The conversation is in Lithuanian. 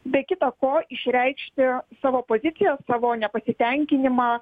be kita ko išreikšti savo poziciją savo nepasitenkinimą